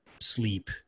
sleep